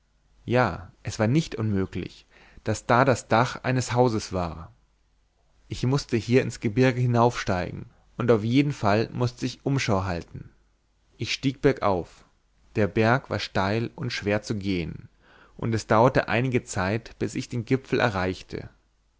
ja es war nicht unmöglich daß da das dach eines hauses war ich mußte hier ins gebirge hinaufsteigen und auf jeden fall mußte ich umschau halten ich stieg bergauf der berg war steil und schwer zu gehen und es dauerte einige zeit bis ich den gipfel erreichte